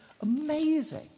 amazing